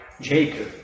Jacob